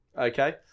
Okay